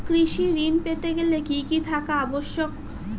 কৃষি ঋণ পেতে গেলে কি কি থাকা আবশ্যক?